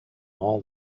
all